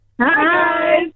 Hi